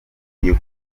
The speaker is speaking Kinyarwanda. ugiye